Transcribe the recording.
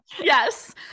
Yes